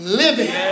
living